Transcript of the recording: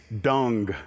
Dung